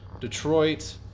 Detroit